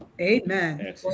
Amen